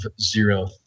zero